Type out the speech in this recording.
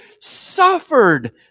suffered